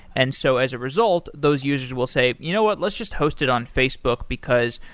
and so as a result, those users will say, you know what? let's just host it on facebook, because,